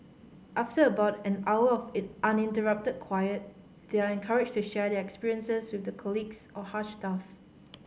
after about an hour of it uninterrupted quiet they are encouraged to share their experiences with their colleagues or Hush staff